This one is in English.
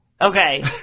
Okay